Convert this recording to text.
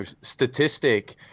statistic